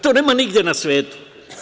To nema nigde na svetu.